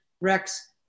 Rex